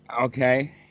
okay